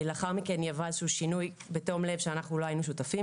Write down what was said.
לאחר מכן היא עברה שינוי בתום-לב שאנחנו לא היינו שותפים